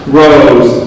rose